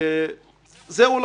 בבג"ץ?